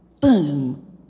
boom